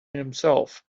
himself